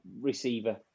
receiver